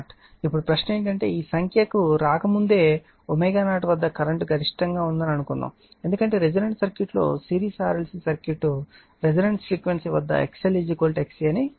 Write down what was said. ఇప్పుడు ప్రశ్న ఏమిటంటే ఈ సంఖ్యకు రాకముందే ω0 వద్ద కరెంట్ గరిష్టంగా ఉందని అనుకుందాం ఎందుకంటే రెసోనెన్స్ సర్క్యూట్ లో series RLC circuit resonance frequency వద్ద XL XC అని చూశాము